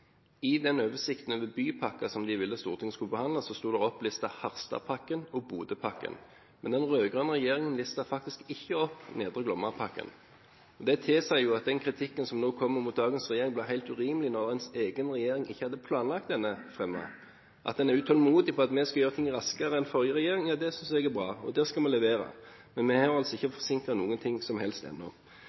I oversikten over bypakker som den ville at Stortinget skulle behandle, sto Harstad-pakken og Bodø-pakken opplistet, men den rød-grønne regjeringen listet faktisk ikke opp Nedre Glomma-pakken. Det tilsier at den kritikken som nå kommer mot dagens regjering, blir helt urimelig – når ens egen regjering ikke hadde planlagt denne framover. Det at en er utålmodig etter at vi skal gjøre ting raskere enn forrige regjering, ja, det synes jeg er bra, og der skal vi levere, men vi har altså ikke forsinket noe som helst ennå.